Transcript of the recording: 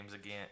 Again